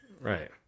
Right